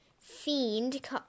fiend